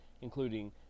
including